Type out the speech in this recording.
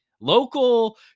Local